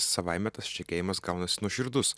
savaime tas šnekėjimas gaunasi nuoširdus